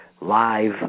live